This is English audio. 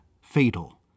fatal